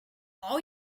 all